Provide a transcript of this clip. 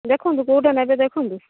ଦେଖନ୍ତୁ କେଉଁଟା ନେବେ ଦେଖନ୍ତୁ